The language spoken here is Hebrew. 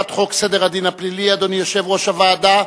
אדוני יושב-ראש הוועדה,